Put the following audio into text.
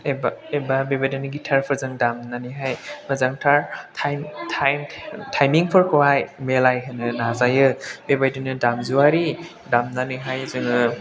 एबा बेबायदिनो गिटारफोरजों दामनानैहाय मोजांथार टाइम फोरखौहाय मिलायहोनो नाजायो बेबायदिनो दामजुआरि दामनानैहाय जोङो